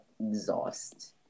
exhaust